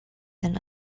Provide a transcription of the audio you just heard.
than